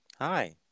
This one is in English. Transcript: Hi